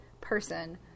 person